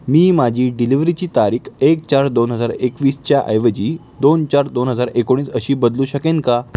मी माझी डिलिव्हरीची तारीख एक चार दोन हजार एकवीसच्या ऐवजी दोन चार दोन हजार एकोणीस अशी बदलू शकेन का